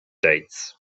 dates